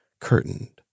curtained